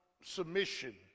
submission